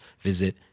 visit